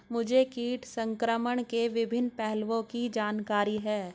मुझे कीट संक्रमण के विभिन्न पहलुओं की जानकारी है